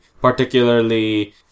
Particularly